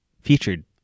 featured